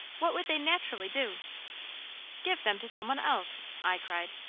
what would they naturally do give them to some one else i cried.